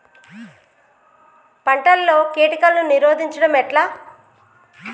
పంటలలో కీటకాలను నిరోధించడం ఎట్లా?